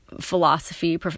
philosophy